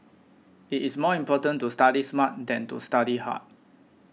it is more important to study smart than to study hard